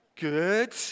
Good